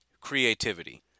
creativity